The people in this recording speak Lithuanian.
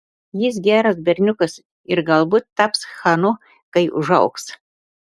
jis geras berniukas ir galbūt taps chanu kai užaugs